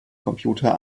computer